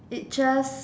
it just